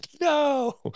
no